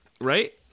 right